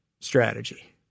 strategy